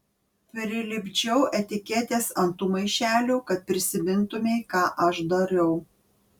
prilipdžiau etiketes ant tų maišelių kad prisimintumei ką aš dariau